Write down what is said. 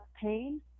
pain